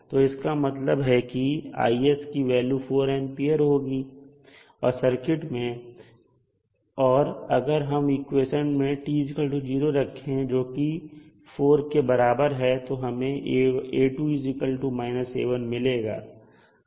तो इसका मतलब है की की वैल्यू 4A है सर्किट में और अगर अब हम इक्वेशन में t0 रखें जोकि 4 के बराबर है तो हमें A2 A1 मिलेगा